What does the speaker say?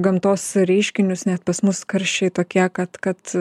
gamtos reiškinius net pas mus karščiai tokie kad kad